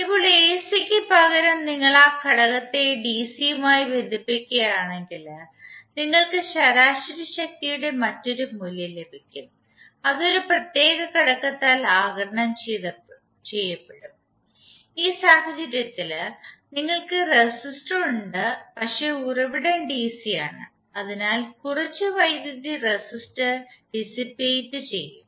ഇപ്പോൾ എസിക്ക് പകരം നിങ്ങൾ ആ ഘടകത്തെ ഡിസിയുമായി ബന്ധിപ്പിക്കുകയാണെങ്കിൽ നിങ്ങൾക്ക് ശരാശരി ശക്തിയുടെ മറ്റൊരു മൂല്യം ലഭിക്കും അത് ഒരു പ്രത്യേകഘടകത്താൽ ആഗിരണം ചെയ്യപ്പെടും ഈ സാഹചര്യത്തിൽ നിങ്ങൾക്ക് റെസിസ്റ്റർ ഉണ്ട് പക്ഷേ ഉറവിടം ഡിസിയാണ് അതിനാൽ കുറച്ച് വൈദ്യുതി റെസിസ്റ്റർ ഡിസിപേറ്റ് ചെയ്യും